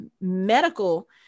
medical